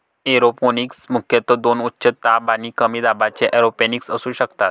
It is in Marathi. एरोपोनिक्स मुख्यतः दोन उच्च दाब आणि कमी दाबाच्या एरोपोनिक्स असू शकतात